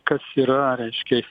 kas ir yra raiškias